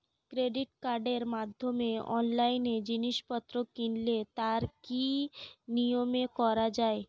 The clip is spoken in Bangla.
ক্রেডিট কার্ডের মাধ্যমে অনলাইনে জিনিসপত্র কিনলে তার কি নিয়মে করা যায়?